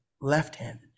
left-handed